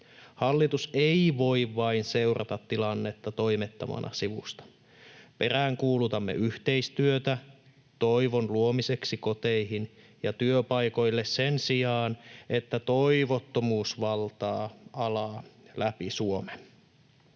Hallitus ei voi vain seurata tilannetta toimettomana sivusta. Peräänkuulutamme yhteistyötä toivon luomiseksi koteihin ja työpaikoille sen sijaan, että toivottomuus valtaa alaa läpi Suomen.